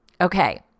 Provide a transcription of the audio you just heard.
Okay